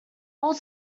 old